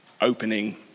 opening